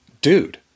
dude